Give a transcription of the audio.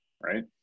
right